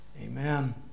amen